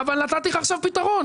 אבל נתתי לך עכשיו פתרון,